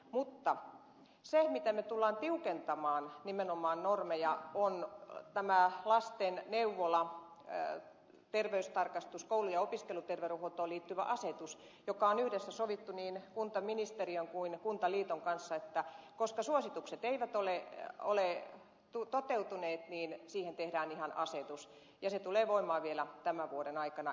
mutta se missä me tulemme tiukentamaan nimenomaan normeja on tämä terveystarkastuksiin sekä lastenneuvoloihin ja koulu ja opiskeluterveydenhuoltoon liittyvä asetus josta on yhdessä sovittu niin kuntaministeriön kuin kuntaliiton kanssa että koska suositukset eivät ole toteutuneet niin siihen tehdään ihan asetus ja se tulee voimaan vielä tämän vuoden aikana